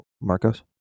Marcos